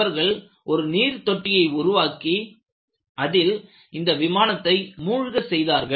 அவர்கள் ஒரு நீர் தொட்டியை உருவாக்கி அதில் இந்த விமானத்தை மூழ்க செய்தார்கள்